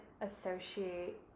associate